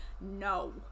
no